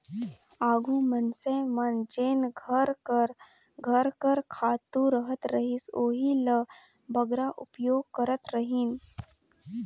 आघु मइनसे मन जेन घर कर घर कर खातू रहत रहिस ओही ल बगरा उपयोग करत रहिन